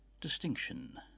Distinction